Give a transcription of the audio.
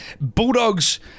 Bulldogs